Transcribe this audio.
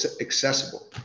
accessible